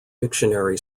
dictionary